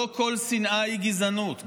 לא כל שנאה היא גזענות.